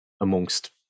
amongst